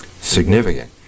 significant